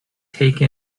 take